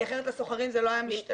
כי אחרת לסוחרים זה לא היה משתלם.